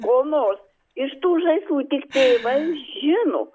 ko nors iš tų žaislų tik tėvai žino